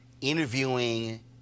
interviewing